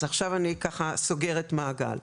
אז עכשיו אני ככה סוגרת מעגל.